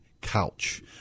couch